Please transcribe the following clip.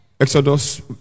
Exodus